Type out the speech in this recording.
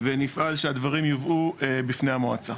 ונפעל שהדברים יובאו בפני המועצה.